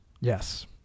Yes